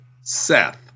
Seth